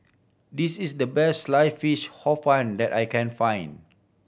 this is the best Sliced Fish Hor Fun that I can find